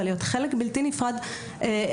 ולהיות חלק בלתי נפרד מהתקנות.